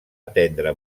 atendre